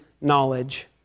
knowledge